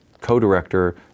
co-director